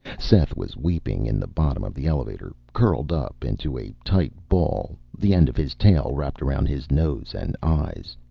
seth was weeping in the bottom of the elevator, curled up into a tight ball, the end of his tail wrapped around his nose and eyes.